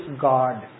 God